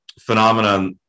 phenomena